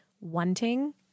wanting